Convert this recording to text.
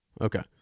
okay